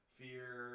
fear